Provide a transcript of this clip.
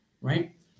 right